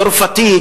צרפתי,